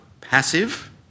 passive